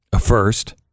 First